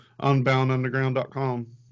UnboundUnderground.com